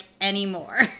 anymore